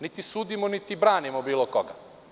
Niti sudimo, niti branimo bilo koga.